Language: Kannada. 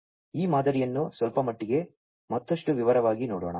ಈ ಮಾದರಿಯನ್ನು ಸ್ವಲ್ಪಮಟ್ಟಿಗೆ ಮತ್ತಷ್ಟು ವಿವರವಾಗಿ ನೋಡೋಣ